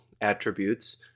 Attributes